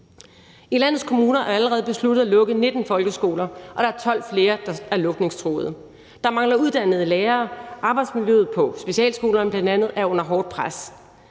I landets kommuner er det allerede besluttet at lukke 19 folkeskoler, og der er 12 flere, der er lukningstruede. Der mangler uddannede lærere. Arbejdsmiljøet på specialskolerne er under hårdt pres.